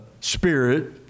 spirit